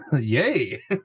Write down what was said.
yay